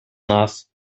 nas